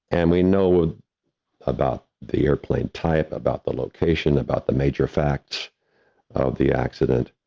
and we know ah about the airplane type, about the location, about the major facts of the accident.